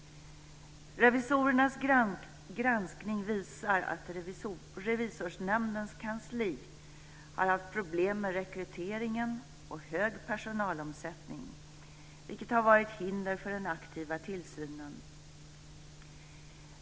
Revisorernas granskning visar att Revisorsnämndens kansli har haft problem med rekryteringen och med hög personalomsättning, vilket har varit hinder för den aktiva tillsynen.